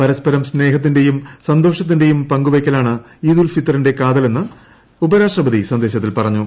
പീരുസ്പരം സ്നേഹത്തിന്റെയും സന്തോഷത്തിന്റെയും പങ്കുവിയ്ക്കലാണ് ഇൌദ് ഉൽ ഫിത്തറിന്റെ കാതലെന്ന് ഉപരാഷ്ട്രഫ്തി സന്ദേശത്തിൽ പറഞ്ഞു